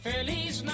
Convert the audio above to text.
Feliz